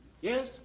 Yes